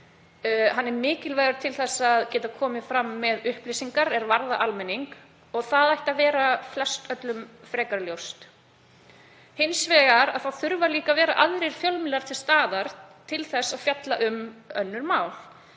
Hann er mikilvægur til að geta komið fram með upplýsingar er varða almenning og það ætti að vera flestöllum ljóst. Hins vegar þurfa aðrir fjölmiðlar líka að vera til staðar til þess að fjalla um önnur mál.